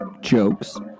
jokes